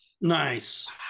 Nice